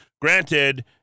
Granted